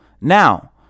Now